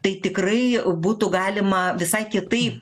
tai tikrai būtų galima visai kitaip